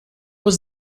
was